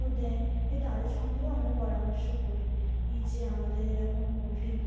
ও দেয় এই তাদের সঙ্গেও আমরা পরামর্শ করি এই যে আমাদের এরকম পোলট্রি